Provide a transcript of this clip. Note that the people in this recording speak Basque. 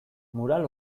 mural